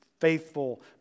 faithful